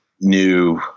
new